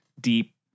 deep